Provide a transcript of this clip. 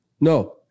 No